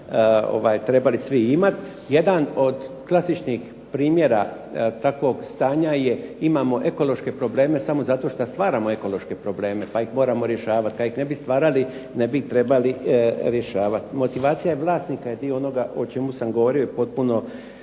trebali svi imati. Jedan od klasičnih primjera takvog stanja je, imamo ekološke probleme samo zato što stvaramo ekološke probleme, pa ih moramo rješavati. Kad ih ne bi stvarali, ne bi ih trebali rješavati. Motivacija je vlasnika je dio onoga o čemu sam govorio, je potpuno